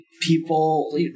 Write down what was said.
people